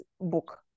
book